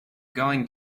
going